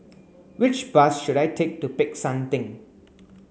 which bus should I take to Peck San Theng